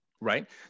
right